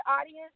audience